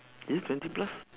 is it twenty plus